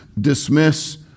dismiss